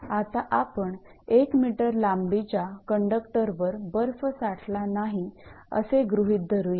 आता आपण एक मीटर लांबीच्या कंडक्टरवर बर्फ साठला नाही असे गृहीत धरुयात